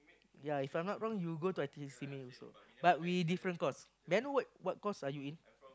yea If I not wrong you go to I_T_E Simei also but we different course then what what course are you in